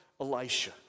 Elisha